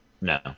No